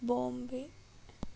Bombay